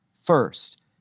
first